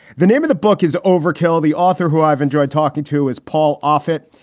the name of the book is overkill. the author who i've enjoyed talking to is paul offit.